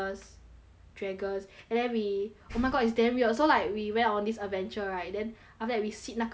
dragons and then we oh my god is damn weird so like we went on this adventure right then after that we sit 那个 boat